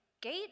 gate